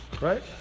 Right